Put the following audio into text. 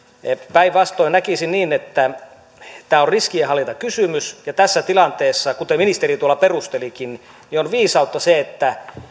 päinvastoin näkisin niin että tämä on riskienhallintakysymys ja tässä tilanteessa kuten ministeri tuolla perustelikin on viisautta se että